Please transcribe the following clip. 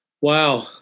Wow